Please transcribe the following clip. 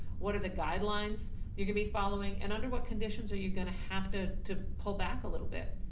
what are the guidelines you're gonna be following? and under what conditions are you gonna have to to pull back a little bit?